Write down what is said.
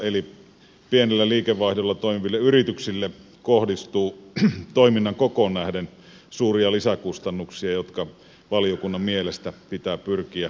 eli pienillä liikevaihdoilla toimiville yrityksille kohdistuu toiminnan kokoon nähden suuria lisäkustannuksia jotka valiokunnan mielestä pitää pyrkiä eliminoimaan